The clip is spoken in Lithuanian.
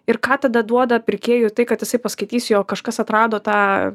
ir ką tada duoda pirkėjui tai kad jisai paskaitys jog kažkas atrado tą